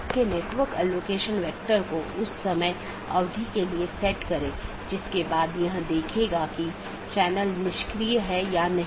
4 जीवित रखें मेसेज यह निर्धारित करता है कि क्या सहकर्मी उपलब्ध हैं या नहीं